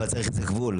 אבל צריך גבול.